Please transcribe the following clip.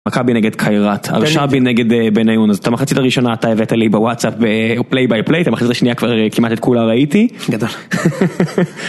מכבי נגד קיירת, ארשבי נגד בן עיון, אז את המחצית הראשונה אתה הבאת לי בוואטסאפ ב-play by play, את המחצית השנייה כבר כמעט את כולה ראיתי. גדול.